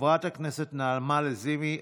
חברת הכנסת נעמה לזימי,